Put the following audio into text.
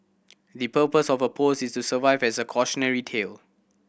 the purpose of her post is to serve as a cautionary tale